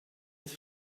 des